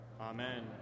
Amen